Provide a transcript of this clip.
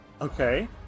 Okay